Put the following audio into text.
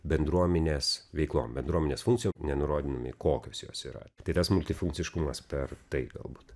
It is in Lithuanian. bendruomenės veiklom bendruomenės funkcijom nenurodydami kokios jos yra tai tas multifunkciškumas per tai galbūt